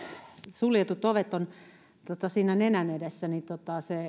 suljetut ovet ovat siinä nenän edessä